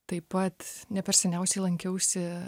taip pat ne per seniausiai lankiausi